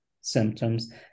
symptoms